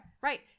Right